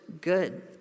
good